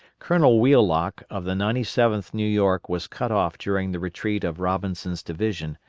colonel wheelock of the ninety seventh new york was cut off during the retreat of robinson's division,